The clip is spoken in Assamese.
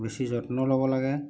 বেছি যত্ন ল'ব লাগে